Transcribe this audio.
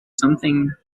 something